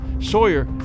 Sawyer